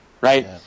right